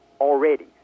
already